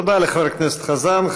תודה לחבר הכנסת חזן.